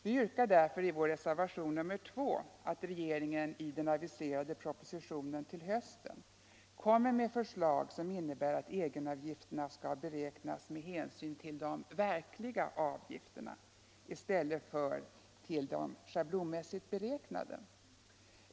Vi yrkar därför i reservationen 2 att regeringen i den aviserade propositionen i höst kommer med förslag som innebär att egenavgifterna skall beräknas med hänsyn till de verkliga avgifterna i stället för till de schablonmässigt beräknade.